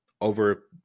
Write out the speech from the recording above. over